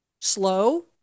Slow